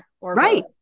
Right